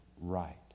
right